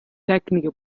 tecniche